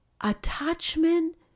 attachment